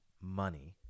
money